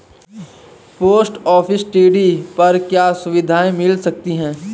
Post office TD पर क्या सुविधाएँ मिल सकती है?